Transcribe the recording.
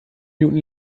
minuten